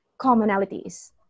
commonalities